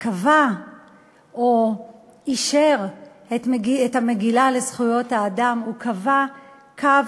קבע או אישר את המגילה בדבר זכויות האדם הוא קבע קו